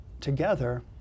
together